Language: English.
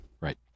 Right